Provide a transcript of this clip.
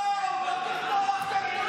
בושה, בושה.